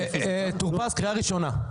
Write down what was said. טור פז, קריאה ראשונה.